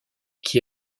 qui